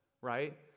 right